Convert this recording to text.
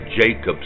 Jacobs